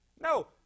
No